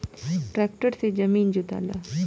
tractor से जमीन जोताला